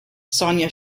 sonia